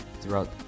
throughout